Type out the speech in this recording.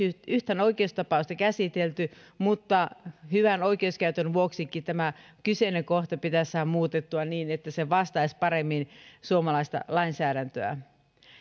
yhtään oikeustapausta käsitelty mutta hyvän oikeuskäytännön vuoksikin tämä kyseinen kohta pitäisi saada muutettua niin että se vastaisi paremmin suomalaista lainsäädäntöä